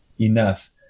enough